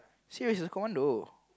serious he's a commando